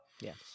yes